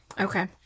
Okay